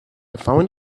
found